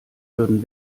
würden